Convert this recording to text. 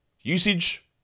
usage